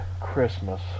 Christmas